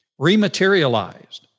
rematerialized